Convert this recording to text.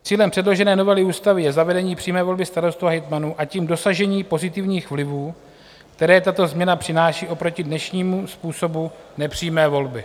Cílem předložené novely ústavy je zavedení přímé volby starostů a hejtmanů, a tím dosažení pozitivních vlivů, které tato změna přináší oproti dnešnímu způsobu nepřímé volby.